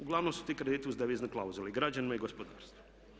Uglavnom su ti krediti uz devizne klauzule i građanima i gospodarstvu.